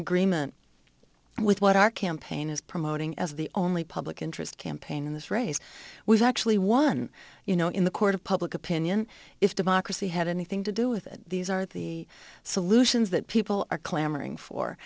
agreement with what our campaign is promoting as the only public interest campaign in this race we've actually won you know in the court of public opinion if democracy had anything to do with it these are the solutions that people are clamoring for